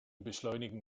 beschleunigen